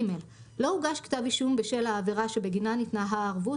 (ג) לא הוגש כתב אישום בשל העבירה שבגינה ניתנו הערבות